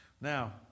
Now